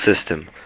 system